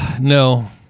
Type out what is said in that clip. No